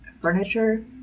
furniture